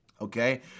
Okay